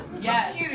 yes